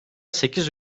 sekiz